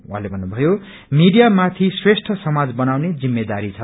उहाँले भन्नुभयो मीडियामाथि श्रेष्ठ समाज बनाउने जिम्मेदारी छ